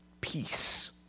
peace